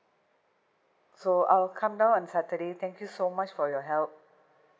so I'll come down on saturday thank you so much for your help